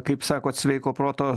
kaip sakot sveiko proto